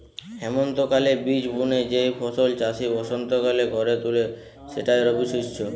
হেমন্তকালে বীজ বুনে যেই ফসল চাষি বসন্তকালে ঘরে তুলে সেটাই রবিশস্য